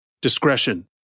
Discretion